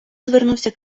звернувся